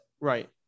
right